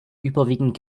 überwiegend